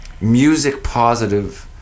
music-positive